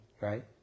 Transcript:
Right